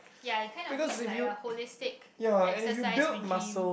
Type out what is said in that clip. ya it kind of need like a holistic exercise regime